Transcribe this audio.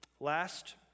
Last